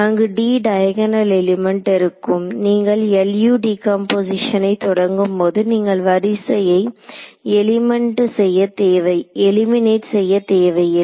அங்கு d diagonal element இருக்கும் நீங்கள் LU டிக்கம்போசிஷன் தொடங்கும் போது நீங்கள் வரிசையை எலிமினேட் செய்ய தேவையில்லை